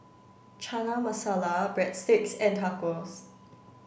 Chana Masala Breadsticks and Tacos